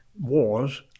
wars